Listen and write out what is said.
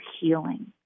healing